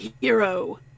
hero